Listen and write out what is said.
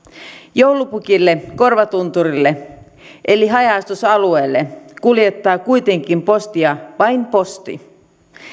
joulupukille korvatunturille eli haja asutusalueelle kuljettaa kuitenkin postia vain posti